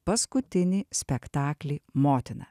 paskutinį spektaklį motina